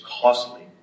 costly